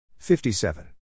57